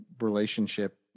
relationship